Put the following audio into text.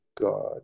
God